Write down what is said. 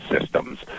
systems